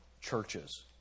churches